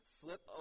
flip